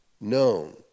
known